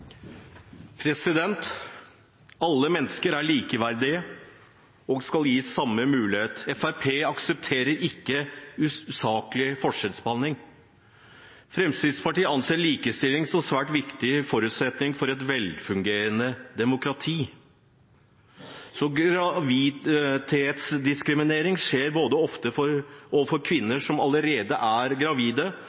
likeverdige og skal gis samme muligheter. Fremskrittspartiet aksepterer ikke usaklig forskjellsbehandling. Fremskrittspartiet anser likestilling som en svært viktig forutsetning for et velfungerende demokrati. Graviditetsdiskriminering skjer både overfor kvinner som allerede er gravide,